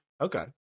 Okay